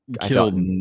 killed